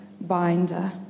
binder